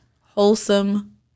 wholesome